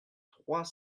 trois